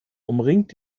umringt